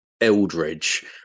Eldridge